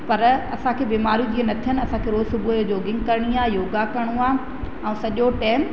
पर असांखे बीमारियूं जीअं न थियनि असांखे रोज़ु सुबुह जोगिंग करिणी आहे योगा करिणो आहे ऐं सॼो टाइम